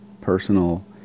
personal